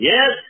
Yes